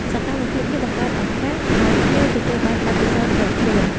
សកម្មភាពនេះបង្កើតឱកាសឲ្យភ្ញៀវទទួលបានបទពិសោធន៍ផ្ទាល់ខ្លួន